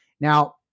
Now